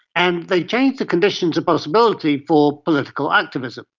and they change the conditions of possibility for political activism.